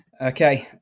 Okay